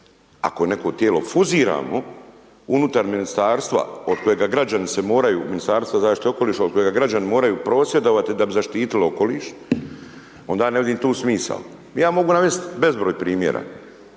ako neko tijelo fuziramo unutar ministarstva od kojega građani se moraju, Ministarstva zaštite okoliša, od kojega građani moraju prosvjedovati da bi zaštiti okoliš, onda ne vidim tu smisao. Ja mogu navest bezbroj primjera,